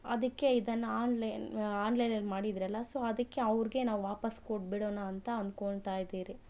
ಅದಕ್ಕೆ ಇದನ್ನು ಆನ್ಲೈನ್ ಆನ್ಲೈನಲ್ಲಿ ಮಾಡಿದ್ರಲ್ಲ ಸೊ ಅದಕ್ಕೆ ಅವ್ರಿಗೆ ನಾವು ವಾಪಾಸ್ ಕೊಟ್ಬಿಡೋಣ ಅಂತ ಅಂದ್ಕೊಳ್ತಾ ಇದೀರಿ